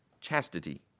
chastity